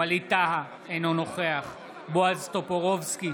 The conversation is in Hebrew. ווליד טאהא, אינו נוכח בועז טופורובסקי,